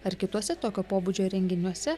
ar kituose tokio pobūdžio renginiuose